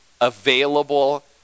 available